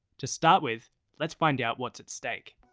to start with let's find out what's at stake.